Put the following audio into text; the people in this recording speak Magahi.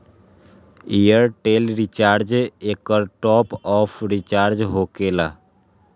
ऐयरटेल रिचार्ज एकर टॉप ऑफ़ रिचार्ज होकेला?